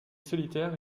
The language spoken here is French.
solitaire